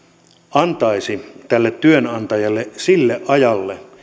antaisi tälle työnantajalle sille ajalle